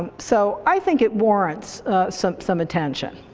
so i think it warrants some some attention.